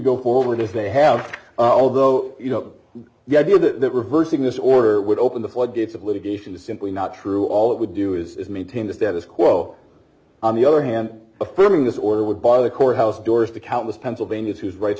go forward as they have although you know the idea that reversing this order would open the floodgates of litigation is simply not true all it would do is maintain the status quo on the other hand affirming this order would bar the courthouse doors to countless pennsylvania's whose rights